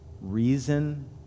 reason